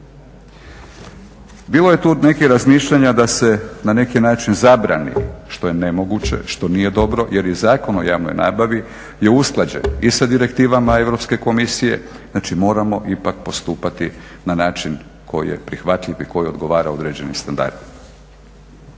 Bilo je tu nekih razmišljanja da se na neki način zabrani, što je nemoguće, što nije dobro jer je i Zakon o javnoj nabavi usklađen i sa direktivama Europske komisije, znači moramo ipak postupati na način koji je prihvatljiv i koji odgovara određenim standardima.